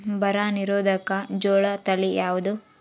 ಬರ ನಿರೋಧಕ ಜೋಳ ತಳಿ ಯಾವುದು?